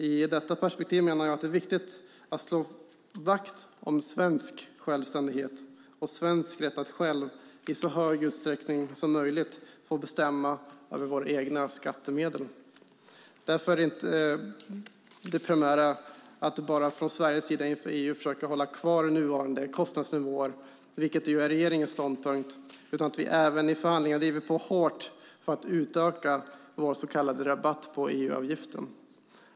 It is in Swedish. I detta perspektiv menar jag att det är viktigt att slå vakt om svensk självständighet och svensk rätt att själva i så hög utsträckning som möjligt få bestämma över våra egna skattemedel. Därför är det primära inte bara att vi från Sveriges sida inför EU försöker hålla kvar nuvarande kostnadsnivåer, vilket ju är regeringens ståndpunkt, utan att vi även i förhandlingarna driver på hårt för att utöka vår så kallade rabatt på EU-avgiften.